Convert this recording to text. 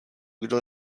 kdo